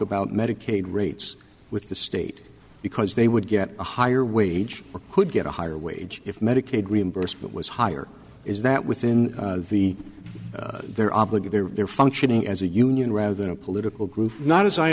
about medicaid rates with the state because they would get a higher wage or could get a higher wage if medicaid reimbursement was higher is that within the they're obligated they're functioning as a union rather than a political group not as i